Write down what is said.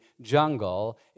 jungle